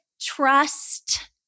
trust